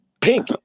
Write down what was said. pink